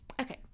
Okay